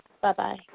bye-bye